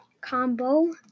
combo